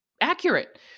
accurate